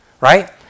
right